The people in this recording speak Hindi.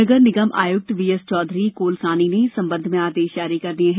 नगर निगम आयुक्त वीएस चौधरी कोलसानी ने इस संबंध में आदेश जारी कर दिये हैं